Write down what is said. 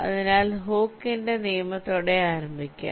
അതിനാൽ ഹൂക്കിന്റെ നിയമത്തോടെ ആരംഭിക്കാം